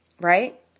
right